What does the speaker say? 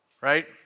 Right